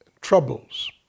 Troubles